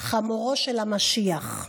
חמורו של המשיח.